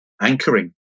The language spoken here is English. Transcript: anchoring